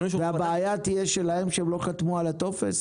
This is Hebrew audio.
והבעיה תהיה שלהם שהם לא חתמו על הטופס?